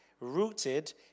rooted